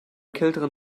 kälteren